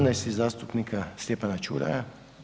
17. zastupnika Stjepana Čuraja.